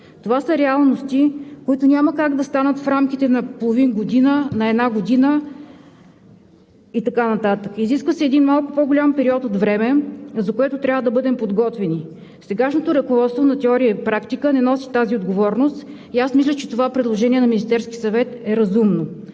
Това са реалности, които няма как да станат в рамките на половин година, на една година и така нататък. Изисква се един малко по-голям период от време, за което трябва да бъдем подготвени. Сегашното ръководство на теория и практика не носи тази отговорност и аз мисля, че това предложение на Министерския съвет е разумно.